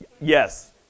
Yes